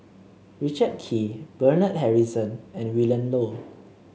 Richard Kee Bernard Harrison and Willin Low